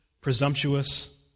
presumptuous